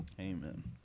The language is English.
Amen